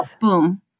Boom